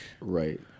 right